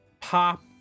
pop